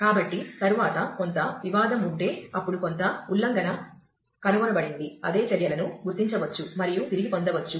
కాబట్టి తరువాత కొంత వివాదం ఉంటే అప్పుడు కొంత ఉల్లంఘన కనుగొనబడింది అదే చర్యలను గుర్తించవచ్చు మరియు తిరిగి పొందవచ్చు